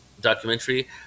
documentary